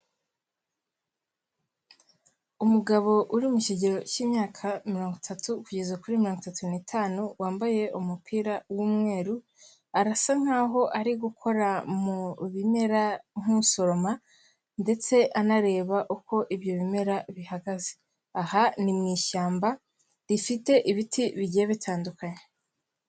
Umugabo uri mu kigero cy'imyaka mirongo itatu kugeza kuri mango itatu ni'tanu wambaye umupira w'umweru arasa nkaho ari gukora mu bimera nk'usoroma ndetse anareba uko ibyo bimera bihagaze aha ni mu ishyamba rifite ibiti bigiye bitandukanye.